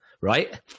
right